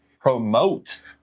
promote